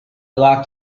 locked